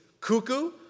cuckoo